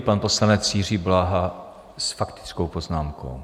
Pan poslanec Jiří Bláha s faktickou poznámkou.